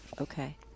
Okay